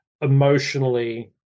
emotionally